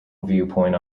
viewpoint